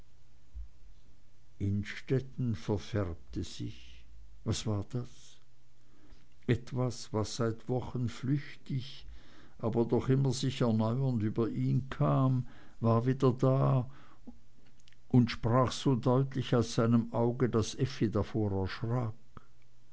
innstetten verfärbte sich was war das etwas was seit wochen flüchtig aber doch immer sich erneuernd über ihn kam war wieder da und sprach so deutlich aus seinem auge daß effi davor